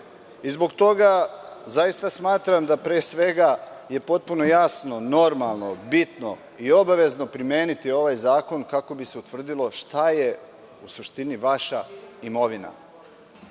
Zbog toga zaista smatram da je pre svega potpuno jasno, normalno, bitno i obavezno primeniti ovaj zakon, kako bi se utvrdilo šta je u suštini vaša imovina. Potpuno